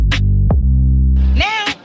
Now